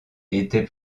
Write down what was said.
était